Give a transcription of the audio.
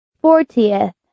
Fortieth